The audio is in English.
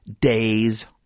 days